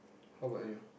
how about you